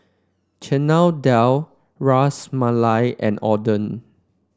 Chana Dal Ras Malai and Oden